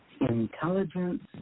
intelligence